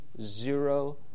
zero